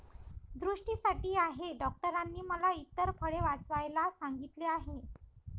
दृष्टीसाठी आहे डॉक्टरांनी मला इतर फळे वाचवायला सांगितले आहे